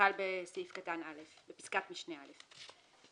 שחל בפסקת משנה (א).